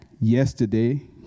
Yesterday